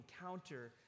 encounter